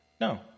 No